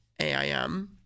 AIM